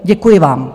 Děkuji vám.